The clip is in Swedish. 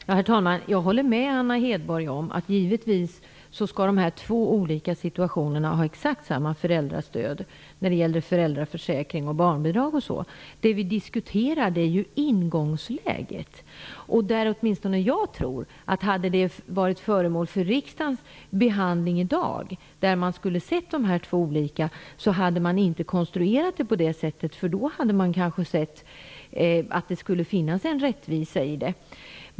Herr talman! Jag håller med Anna Hedborg om att de två olika alternativen givetvis skall ha exakt samma föräldrastöd, när det gäller föräldraförsäkring och barnbidrag osv. Det vi diskuterar nu är ju ingångsläget. Om den frågan hade varit föremål för riksdagens behandling i dag och vi hade tagit ställning till de två alternativen, tror åtminstone jag att stödet skulle ha konstruerats på ett annat sätt. Då hade vi kanske sett att det måste finnas en rättvisa i detta.